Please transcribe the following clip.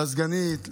לסגנית,